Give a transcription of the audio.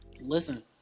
Listen